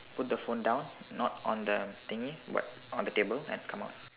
put the phone down not on the thing but on the table and come out